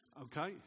Okay